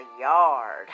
yard